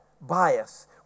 bias